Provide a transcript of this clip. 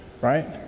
right